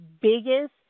biggest